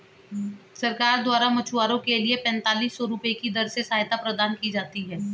सरकार द्वारा मछुआरों के लिए पेंतालिस सौ रुपये की दर से सहायता प्रदान की जाती है